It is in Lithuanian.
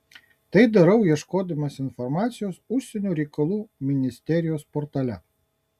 tai darau ieškodamas informacijos užsienio reikalų ministerijos portale